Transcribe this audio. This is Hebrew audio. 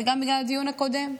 וגם בגלל הדיון הקודם.